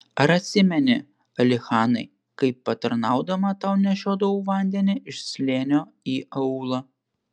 ar atsimeni alichanai kaip patarnaudama tau nešiodavau vandenį iš slėnio į aūlą